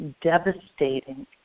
devastating